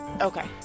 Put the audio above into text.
okay